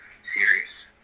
serious